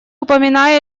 упоминая